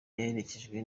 yaherekejwe